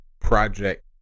project